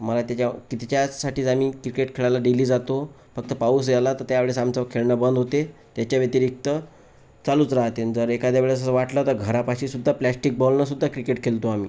मला त्याच्या तिच्यासाठीच आम्ही क्रिकेट खेळायला डेली जातो फक्त पाऊस यायला तर त्यावेळीस आमचं खेळणं बंद होते त्याच्या व्यतिरिक्त चालूच राहते जर एखाद्या वेळेस वाटलं तर घरापाशी सुद्धा प्लॅस्टिक बॉलने सुद्धा क्रिकेट खेळतो आम्ही